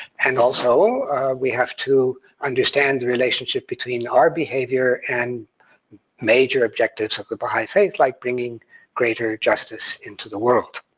and also we have to understand the relationship between our behavior and major objectives of the baha'i faith, like bringing greater justice into the world